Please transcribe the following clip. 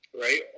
right